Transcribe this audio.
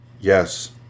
Yes